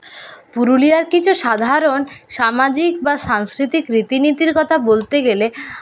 পুরুলিয়ার কিছু সাধারণ সামাজিক বা সাংস্কৃতিক রীতি নীতির কথা বলতে গেলে